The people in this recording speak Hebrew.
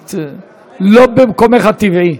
היית לא במקומך הטבעי.